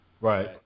Right